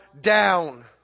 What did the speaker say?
down